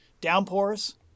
Downpours